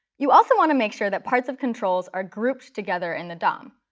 you also want to make sure that parts of controls are grouped together in the dom.